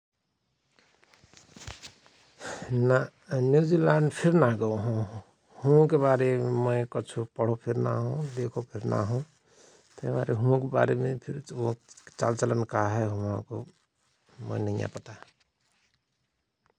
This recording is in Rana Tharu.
ना न्युजील्याण्ड फिर ना गओ हओं । हुवाके बारेमे कछु पढो फिर ना हओं देखो फिर ना हओं तहिक मारे हुअक बारेमे फिर चाल चलन काहय हुअको मोय नैया पता ।